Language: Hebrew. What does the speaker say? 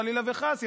חלילה וחס,